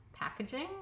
packaging